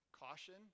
Caution